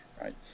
right